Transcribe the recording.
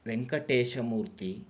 वेङ्कटेशमूर्तिः